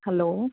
hello